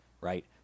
right